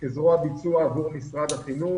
כזרוע ביצוע עבור משרד החינוך,